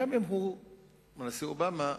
וגם אם הנשיא אובמה,